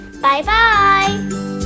Bye-bye